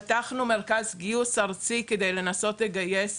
פתחנו מרכז גיוס ארצי כדי לנסות לגייס